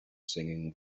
singing